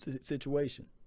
situation